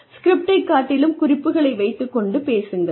ஸ்கிரிப்ட்டைக் காட்டிலும் குறிப்புகளை வைத்துக் கொண்டு பேசுங்கள்